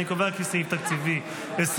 אני קובע כי סעיף תקציבי 24,